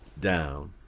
down